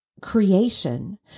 creation